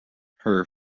her